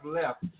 left